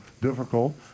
difficult